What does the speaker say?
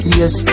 yes